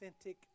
authentic